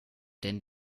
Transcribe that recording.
denn